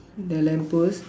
the lamp post